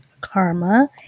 Karma